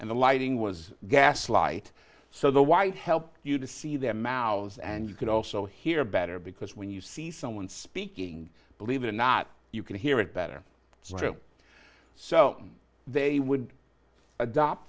and the lighting was gaslight so the white helped you to see their mouths and you could also hear better because when you see someone speaking believe it or not you can hear it better still so they would adopt